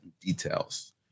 details